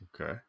Okay